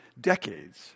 decades